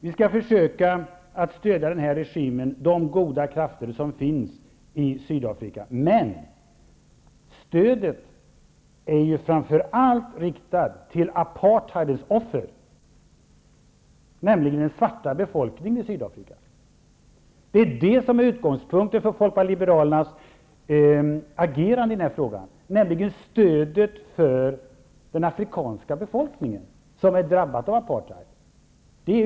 Vi skall försöka att stödja den här regimen och de goda krafter som finns i Sydafrika, men stödet är framför allt riktat till offren för apartheid, nämligen den svarta befolkningen i Sydafrika. Utgångspunkten för Folkpartiet liberalernas agerande i den här frågan är nämligen stödet för den afrikanska befolkningen, som är drabbad av apartheid.